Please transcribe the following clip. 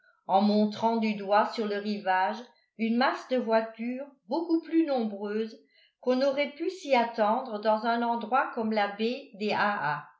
en montrant du doigt sur le rivage une masse de voitures beaucoup plus nombreuses qu'on aurait pu s'y attendre dans un endroit comme la baie